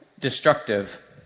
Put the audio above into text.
destructive